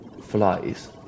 flies